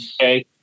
Okay